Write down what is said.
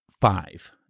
five